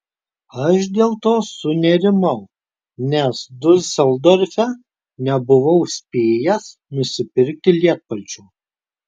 aš dėl to sunerimau nes diuseldorfe nebuvau spėjęs nusipirkti lietpalčio